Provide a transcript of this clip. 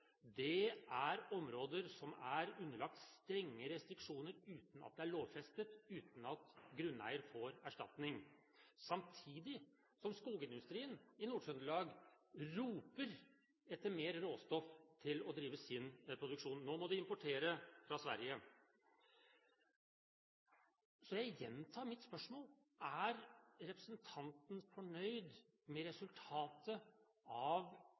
er områder som er underlagt strenge restriksjoner uten at det er lovfestet, og uten at grunneier får erstatning, samtidig som skogindustrien i Nord-Trøndelag roper etter mer råstoff til å drive sin produksjon. Nå må de importere fra Sverige. Så jeg gjentar mitt spørsmål: Er representanten fornøyd med resultatet av